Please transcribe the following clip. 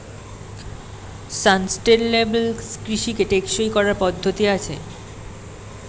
sustainable কৃষিকে টেকসই করার পদ্ধতি আছে